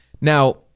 Now